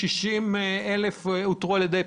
כאשר 60,000 אותרו על ידי אפליקציה.